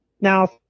now